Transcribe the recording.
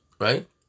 right